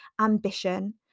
ambition